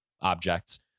objects